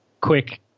quick